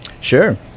Sure